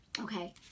Okay